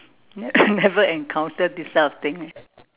ya never encounter this kind of thing leh